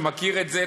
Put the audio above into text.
שמכיר את זה,